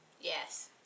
Yes